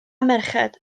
merched